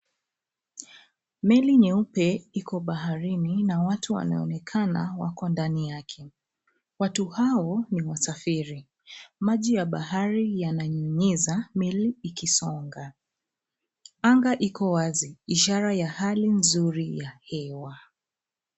Meli nyeupe iko baharini na watu wanaonekana wako ndani yake, watu hao ni wasafiri. Maji ya bahari yananyunyiza meli ikisonga. Angaa iko wazi ishara ya hali nzuri ya hewa.